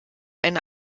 eine